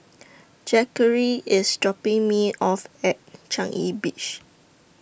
Zackary IS dropping Me off At Changi Beach